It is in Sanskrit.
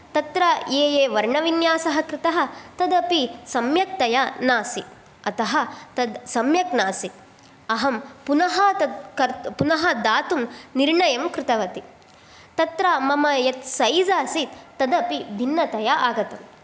तत्र ये ये वर्णविन्यासः कृतः तदपि सम्यक्तया नासीत् अतः तद् सम्यक् नासीत् अहं पुनः तद् कर्त् पुनः दातुं निर्णयं कृतवती तत्र मम यद् सैज़् आसीत् तदपि भिन्नतया आगतं